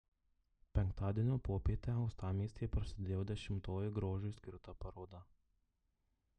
penktadienio popietę uostamiestyje prasidėjo dešimtoji grožiui skirta paroda